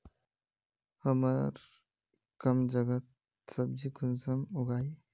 हमार कम जगहत सब्जी कुंसम उगाही?